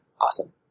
awesome